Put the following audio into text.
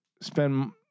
spend